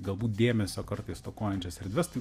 galbūt dėmesio kartais stokojančias erdves tai